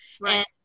Right